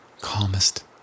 calmest